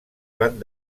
van